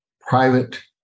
private